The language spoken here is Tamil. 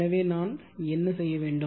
எனவே நான் என்ன செய்ய வேண்டும்